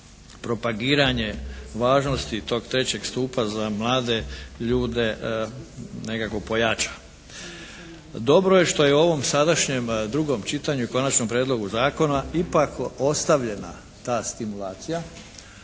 propagiranje važnosti tog trećeg stupa za mlade ljude nekako pojača. Dobro je što je u ovom sadašnjem drugom čitanju konačnog prijedloga zakona ipak ostavljena ta stimulacija,